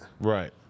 Right